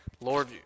Lord